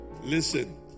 Listen